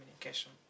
Communication